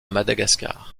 madagascar